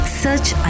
search